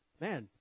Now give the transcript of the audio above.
man